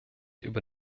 über